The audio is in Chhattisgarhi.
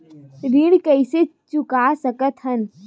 ऋण कइसे चुका सकत हन?